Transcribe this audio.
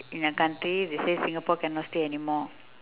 in a country they say singapore cannot stay anymore